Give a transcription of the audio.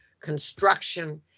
construction